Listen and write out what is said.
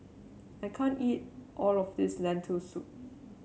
I can't eat all of this Lentil Soup